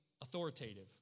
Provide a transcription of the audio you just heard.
authoritative